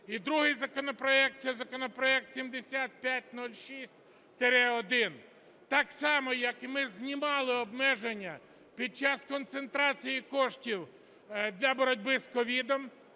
І другий законопроект – це законопроект 7506-1. Так само, як ми знімали обмеження під час концентрації коштів для боротьби з COVID,